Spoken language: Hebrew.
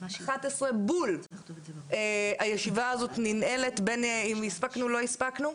11:00 בול הישיבה הזאת ננעלה בין אם הספקנו או לא הספקנו,